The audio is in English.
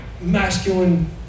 masculine